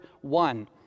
one